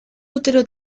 útero